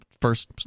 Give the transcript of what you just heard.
first